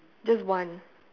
just one